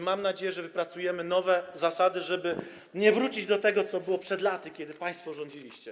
Mam nadzieję, że wypracujemy nowe zasady, żeby nie wrócić do tego, co było przed laty, kiedy państwo rządziliście.